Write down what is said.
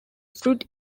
fruit